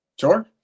Sure